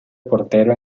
portero